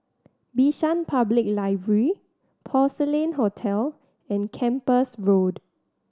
Bishan Public Library Porcelain Hotel and Kempas Road